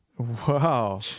Wow